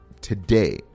today